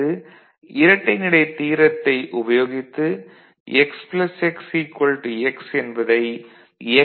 அல்லது இரட்டைநிலை தியரத்தை உபயோகித்து x x x என்பதை x